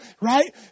right